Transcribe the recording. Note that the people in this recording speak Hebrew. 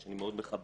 שאני מאוד מכבד,